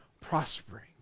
prospering